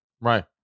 right